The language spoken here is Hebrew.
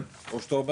לקבל